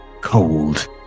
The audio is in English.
cold